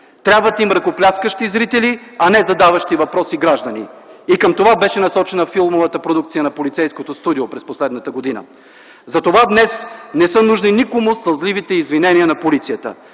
Трябват им ръкопляскащи зрители, а не задаващи въпроси граждани, и към това беше насочена филмовата продукция на полицейското студио през последната година. Затова днес не са нужни никому сълзливите извинения на полицията.